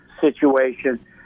situation